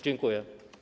Dziękuję.